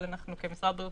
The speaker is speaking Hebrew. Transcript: אבל כמשרד הבריאות,